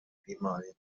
بیماری